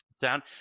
sound